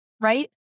right